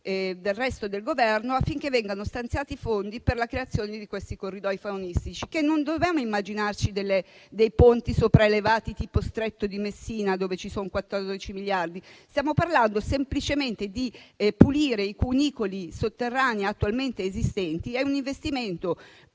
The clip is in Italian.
del resto del Governo affinché vengano stanziati i fondi per la creazione dei corridoi faunistici, che non dobbiamo immaginarci come dei ponti sopraelevati, tipo Stretto di Messina (dove ci sono 14 miliardi stanziati). Qui stiamo parlando semplicemente di pulire i cunicoli sotterranei attualmente esistenti. È un investimento